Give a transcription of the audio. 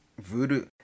Voodoo